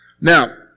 Now